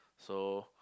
so